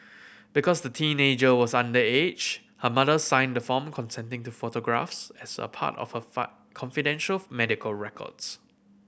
because the teenager was underage her mother signed the form consenting to photographs as a part of her fine confidential medical records